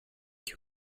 you